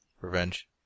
Revenge